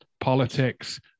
Politics